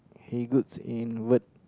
he good in word